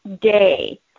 day